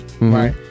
Right